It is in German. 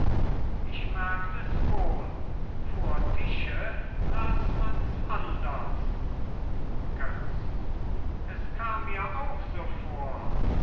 ich merkt es wohl vor tische las mans anders götz es kam mir auch so vor